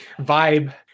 vibe